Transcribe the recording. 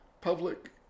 public